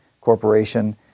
Corporation